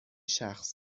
شخص